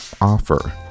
offer